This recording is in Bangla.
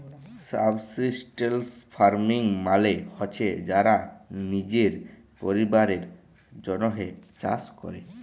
সাবসিস্টেলস ফার্মিং মালে হছে যারা লিজের পরিবারের জ্যনহে চাষ ক্যরে